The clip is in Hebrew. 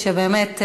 באמת,